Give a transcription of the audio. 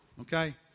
okay